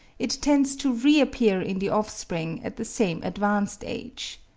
it tends to reappear in the offspring at the same advanced age.